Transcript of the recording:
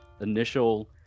initial